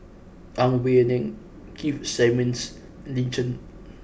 Ang Wei Neng Keith Simmons Lin Chen